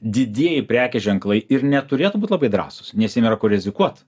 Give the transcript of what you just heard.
didieji prekės ženklai ir neturėtų būt labai drąsūs nes jiem nėra ko rizikuot